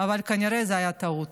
אבל כנראה שזו הייתה טעות.